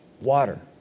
water